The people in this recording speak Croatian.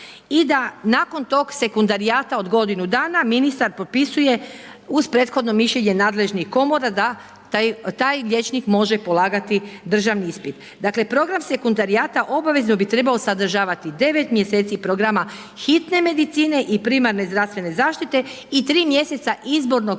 i da nakon tog sekundarijata od godinu dana ministar potpisuje uz prethodno mišljenje nadležnih komora da taj liječnik može polagati državni ispit. Dakle, program sekundarijata obavezno bi trebao sadržavati 9 mjeseci programa hitne medicine i primarne zdravstvene zaštite i 3 mjeseca izbornog